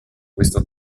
questo